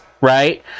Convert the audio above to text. right